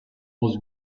was